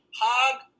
Hog